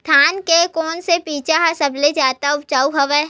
धान के कोन से बीज ह सबले जादा ऊपजाऊ हवय?